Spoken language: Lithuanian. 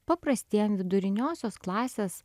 paprastiem viduriniosios klasės